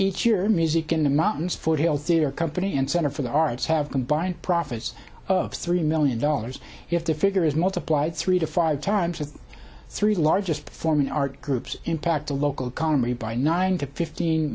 each year music in the mountains for healthier company and center for the arts have combined profits of three million dollars you have to figure is multiplied three to five times the three largest performing art groups impact the local economy by nine to fifteen